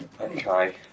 okay